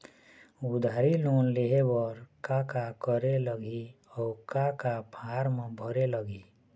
उधारी लोन लेहे बर का का करे लगही अऊ का का फार्म भरे लगही?